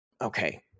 Okay